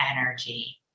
energy